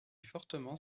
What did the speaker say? fortement